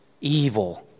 evil